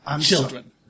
children